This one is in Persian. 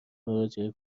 مراجعه